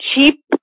cheap